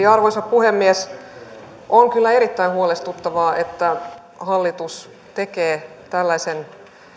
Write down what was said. arvoisa puhemies on kyllä erittäin huolestuttavaa että hallitus tekee tällaisen